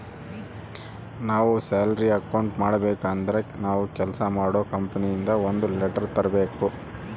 ನಾವ್ salary account ಮಾಡಬೇಕು ಅಂದ್ರೆ ನಾವು ಕೆಲ್ಸ ಮಾಡೋ ಕಂಪನಿ ಇಂದ ಒಂದ್ ಲೆಟರ್ ತರ್ಬೇಕು